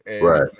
right